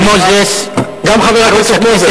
חבר הכנסת מוזס, גם חבר הכנסת מוזס.